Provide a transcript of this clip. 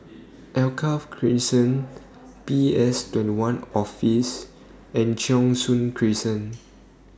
Alkaff Crescent P S twenty one Office and Cheng Soon Crescent